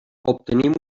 obtenim